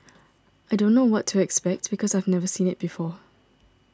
I don't know what to expect because I've never seen it before